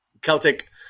Celtic